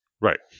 right